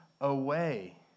away